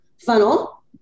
funnel